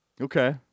Okay